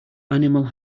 animal